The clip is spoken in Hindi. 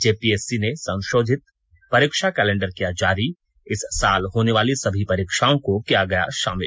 जेपीएससी ने सं ोधित परीक्षा कैलेंडर किया जारी इस साल होने वाली सभी परीक्षाओं को किया गया भाामिल